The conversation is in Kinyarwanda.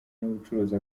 n’ubucuruzi